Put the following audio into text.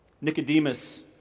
Nicodemus